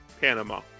Panama